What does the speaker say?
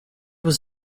was